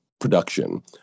production